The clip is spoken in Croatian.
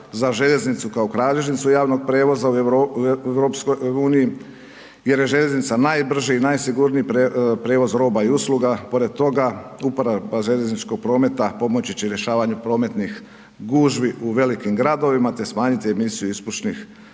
za željeznicu kao kralježnicu javnog prijevoza u EU jer je željeznica najbrži i najsigurniji prijevoz roba i usluga, pored toga uprava željezničkog prometa pomoći će i rješavanju prometnih gužvi u velikim gradovima, te smanjiti emisiju ispušnih